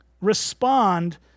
respond